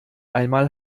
einmal